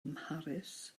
mharis